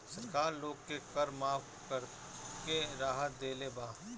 सरकार लोग के कर माफ़ करके राहत देले बा